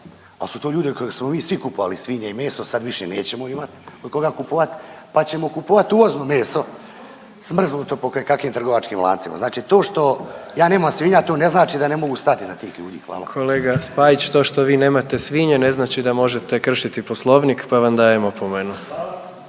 al su to ljudi od kojih smo mi svi kupovali svinje i meso sad više nećemo imat od koga kupovat, pa ćemo kupovat uvozno meso smrznuto po kojekakvim trgovačkim lancima. Znači to što ja nemam svinja to ne znači da ja ne mogu stat iza tih ljudi. Hvala. **Jandroković, Gordan (HDZ)** Kolega Spajić to što vi nemate svinje ne znači da možete kršiti poslovnik pa vam dajem opomenu.